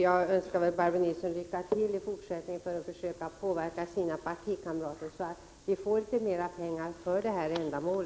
Jag önskar Barbro Nilsson lycka till i fortsättningen med att påverka sina partikamrater så att vi får litet mera pengar för detta ändamål.